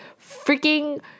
freaking